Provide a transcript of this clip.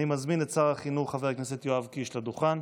אני מזמין את שר החינוך חבר הכנסת יואב קיש לדוכן.